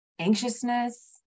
Anxiousness